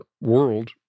world